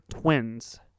twins